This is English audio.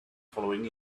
following